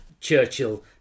Churchill